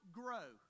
grow